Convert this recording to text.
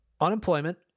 unemployment